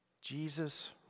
Jesus